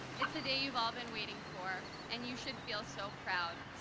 it's the day you've all been waiting for, and you should feel so proud.